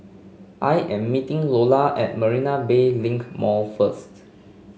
I am meeting Lola at Marina Bay Link Mall first